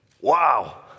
wow